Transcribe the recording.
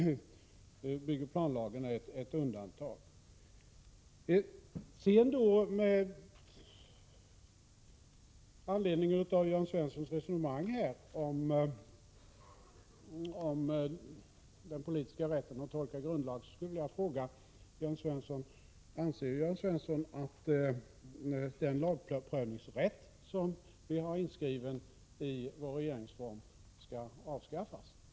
Planoch bygglagen är ett undantag. Med anledning av Jörn Svenssons resonemang om den politiska rätten att tolka grundlagen skulle jag vilja fråga: Anser Jörn Svensson att den lagprövningsrätt som vi har inskriven i vår regeringsform skall avskaffas?